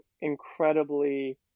incredibly